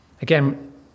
Again